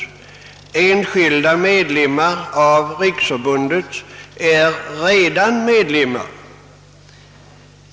Enskilda medlemmar av riksförbundet är redan medlemmar.